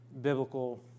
biblical